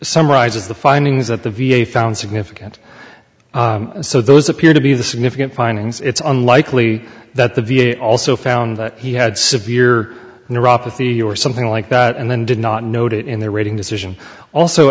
summarizes the findings that the v a found significant so those appear to be the significant findings it's unlikely that the v a also found that he had severe neuropathy or something like that and then did not noted in the reading decision also